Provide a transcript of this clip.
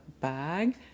bag